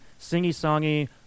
singy-songy